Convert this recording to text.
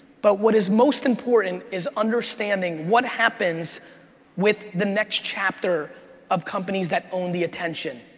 but what is most important is understanding what happens with the next chapter of companies that own the attention.